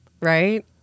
Right